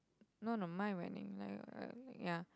no no mine whining like uh ya